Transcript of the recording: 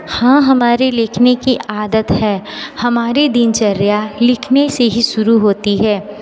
हाँ हमारे लिखने की आदत है हमारे दिनचर्या लिखने से ही शुरू होती है